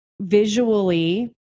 visually